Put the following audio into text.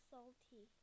Salty